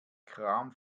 kram